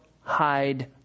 hide